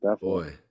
boy